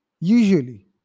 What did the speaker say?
Usually